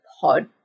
pod